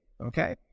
Okay